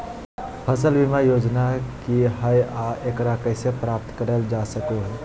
फसल बीमा योजना की हय आ एकरा कैसे प्राप्त करल जा सकों हय?